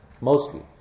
mostly